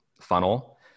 funnel